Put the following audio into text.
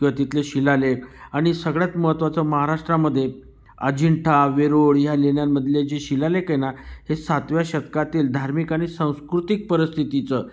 किंवा तिथले शिलालेख आणि सगळ्यात महत्त्वाचं महाराष्ट्रामध्ये अजिंठा वेरूळ ह्या लेण्यांमधले जे शिलालेख आहे ना हे सातव्या शतकातील धार्मिक आणि सांस्कृतिक परिस्थितीचं